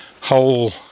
whole